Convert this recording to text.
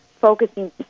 focusing